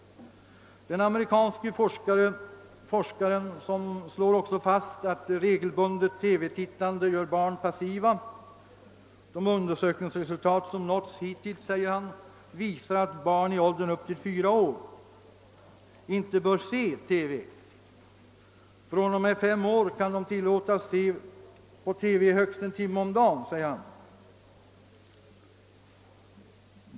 Den amerikanske forskaren slår också fast att regelbundet TV-tittande gör barn passiva. Han säger att de undersökningsresultat som nåtts hittills visar att barn i ålder upp till fyra år inte bör se TV; från och med fem år kan de tillåtas se på TV högst en timme om dagen.